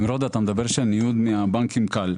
אתה אומר שניוד הבנקים קל?